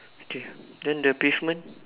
okay then the pavement